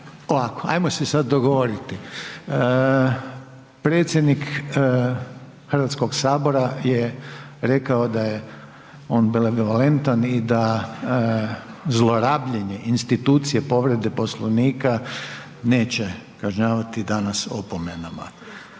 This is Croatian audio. Ovako, ajmo se sad dogovoriti. Predsjednik Hrvatskog sabora je rekao da je on benevolentan i da zlorabljenje institucije povrede Poslovnika neće kažnjavati danas opomenama.